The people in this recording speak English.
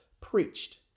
preached